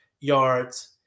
yards